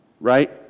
right